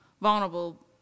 vulnerable